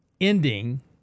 ending